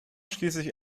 schließlich